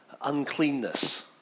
uncleanness